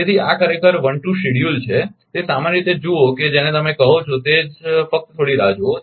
તેથી આ ખરેખર 1 2 શિડ્યુલ્ડ છે તે સામાન્ય રીતે જુઓ કે જેને તમે જેને કહો છો તે જ ફકત થોડી રાહ જુઓ